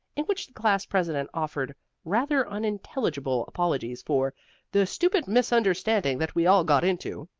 in which the class president offered rather unintelligible apologies for the stupid misunderstanding that we all got into,